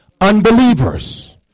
Unbelievers